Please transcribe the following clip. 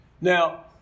Now